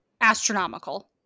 astronomical